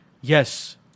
Yes